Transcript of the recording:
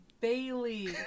Bailey